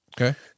Okay